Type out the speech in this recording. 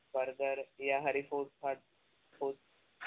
burger ਜਾਂ ਹਰੀ food fast